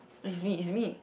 is me is me